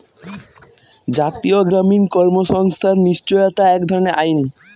জাতীয় গ্রামীণ কর্মসংস্থান নিশ্চয়তা এক ধরনের আইন